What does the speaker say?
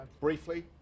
Briefly